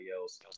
else